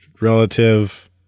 relative